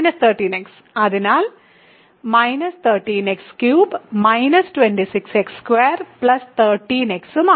13x അതിനാൽ 13x3 26x2 13x ഉം ആണ്